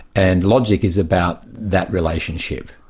and logic is about that relationship.